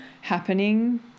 happening